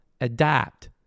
Adapt